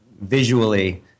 visually